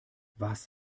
was